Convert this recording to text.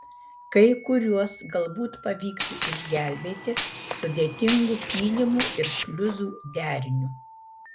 kai kuriuos galbūt pavyktų išgelbėti sudėtingu pylimų ir šliuzų deriniu